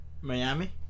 Miami